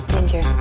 Ginger